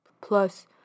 Plus